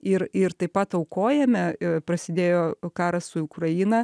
ir ir taip pat aukojame prasidėjo karas su ukrainą